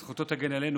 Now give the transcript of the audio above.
זכותו תגן עלינו,